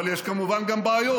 אבל יש כמובן גם בעיות.